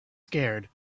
scared